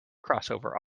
crossover